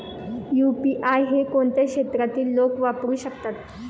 UPI हे कोणत्या क्षेत्रातील लोक वापरू शकतात?